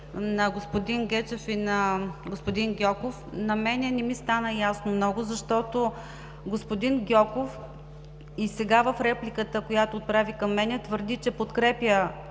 на господин Гечев и на господин Гьоков, не ми стана много ясно, защото господин Гьоков и сега в репликата си, която отправи към мен, твърди, че подкрепя